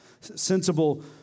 Sensible